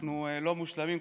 אנחנו לא מושלמים.